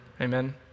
Amen